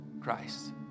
Christ